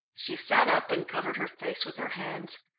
she sat up and covered her face with her hands.